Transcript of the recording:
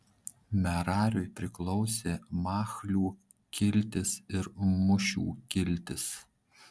merariui priklausė machlių kiltis ir mušių kiltis